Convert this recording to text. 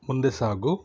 ಮುಂದೆ ಸಾಗು